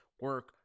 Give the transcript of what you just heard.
Work